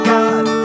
God